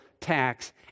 tax